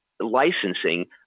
licensing